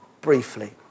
briefly